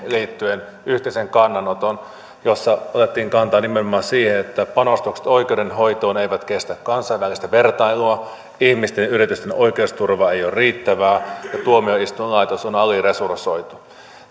liittyen yhteisen kannanoton jossa otettiin kantaa nimenomaan siihen että panostukset oikeudenhoitoon eivät kestä kansainvälistä vertailua ihmisten ja yritysten oikeusturva ei ole riittävää ja tuomioistuinlaitos on aliresursoitu